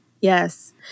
Yes